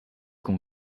qu’on